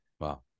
Wow